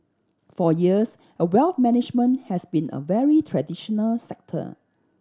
for years a wealth management has been a very traditional sector